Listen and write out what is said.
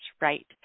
right